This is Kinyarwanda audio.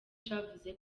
cavuze